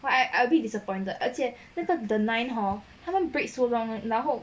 what I I a bit disappointed 而且那个 the nine hor 他们 break so long 然后